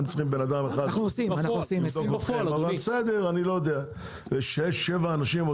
כשיש שבעה אנשים,